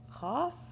Half